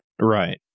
Right